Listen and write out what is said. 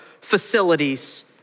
facilities